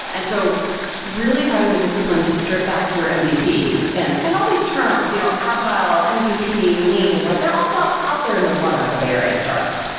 and so really having the discipline to strip back your mvp and and all these terms, you know agile, and mvp, lean, like they're all out out there in the water for bay area startups.